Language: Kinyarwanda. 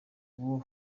ubu